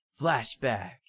flashback